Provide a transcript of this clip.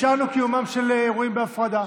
אפשרנו את קיומם של אירועים בהפרדה,